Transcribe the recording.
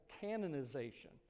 canonization